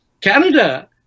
Canada